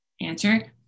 answer